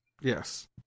Yes